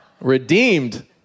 Redeemed